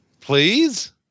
Please